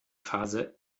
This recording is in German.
phase